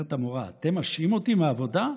אומרת המורה: אתם משעים אותי מהעבודה?